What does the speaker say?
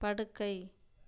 படுக்கை